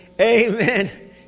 amen